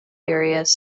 areas